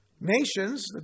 nations